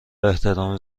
احترام